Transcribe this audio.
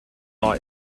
not